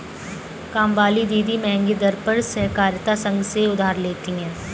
कामवाली दीदी महंगे दर पर सहकारिता संघ से उधार लेती है